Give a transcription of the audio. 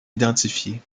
identifiés